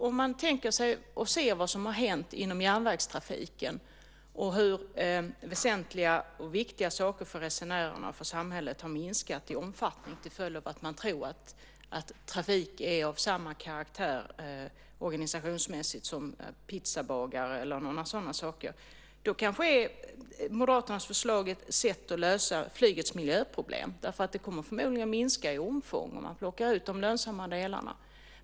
Om man ser vad som har hänt inom järnvägstrafiken och hur väsentliga och viktiga saker för resenärerna och för samhället har minskat i omfattning till följd av att man tror att trafik är av samma karaktär organisationsmässigt som pizzabagare eller sådana saker kanske Moderaternas förslag är ett sätt att lösa flygets miljöproblem. Det kommer ju förmodligen att minska i omfång om man plockar ut de lönsamma delarna.